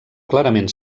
clarament